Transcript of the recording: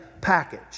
package